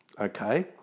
Okay